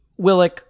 Willick